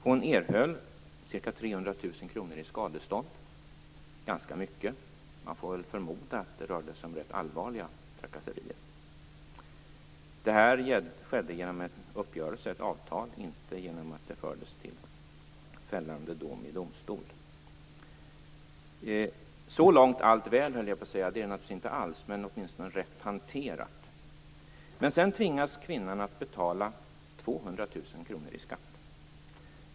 Hon erhöll ca 300 000 kr i skadestånd, vilket är ganska mycket - man får förmoda att det rörde sig om rätt allvarliga trakasserier. Det här skedde genom en uppgörelse, ett avtal, inte genom att det fördes till fällande dom i domstol. Så långt allt väl, höll jag på att säga - det är det naturligtvis inte alls, men det är åtminstone rätt hanterat. Men sedan tvingas kvinnan att betala 200 000 kr i skatt.